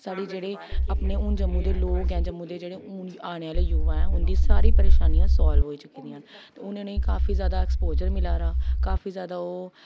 साढ़े जेह्ड़े अपने हून जम्मू दे लोग ऐं जम्मू दे जेह्ड़े आने आह्ले युवा ऐं उंदी सारी परेशानियां सॉल्व होई चुकी दियां न हून उ'नें गी काफी जादा एक्सपोज़र मिली दा काफी जादा ओह्